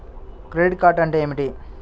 Credit అంటే ఏమిటి?